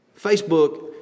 Facebook